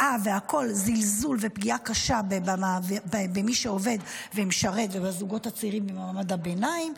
זלזול ופגיעה קשה במי שעובד ומשרת ובזוגות הצעירים ובמעמד הביניים.